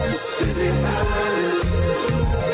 אלא אם כן יש כאלה שכבר מכירים אותו,